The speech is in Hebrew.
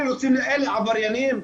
אלה עבריינים?